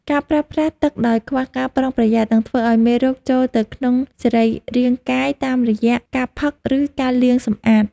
ការប្រើប្រាស់ទឹកដោយខ្វះការប្រុងប្រយ័ត្ននឹងធ្វើឱ្យមេរោគចូលទៅក្នុងសរីរាង្គកាយតាមរយៈការផឹក ឬការលាងសម្អាត។